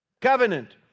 covenant